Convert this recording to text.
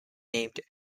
named